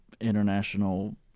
international